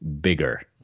bigger